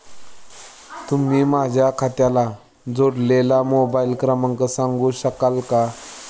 तुम्ही माझ्या खात्याला जोडलेला मोबाइल क्रमांक सांगू शकाल का?